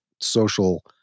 social